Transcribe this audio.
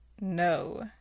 No